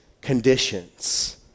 conditions